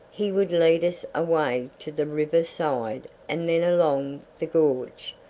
he would lead us away to the river side and then along the gorge,